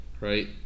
right